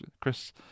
Chris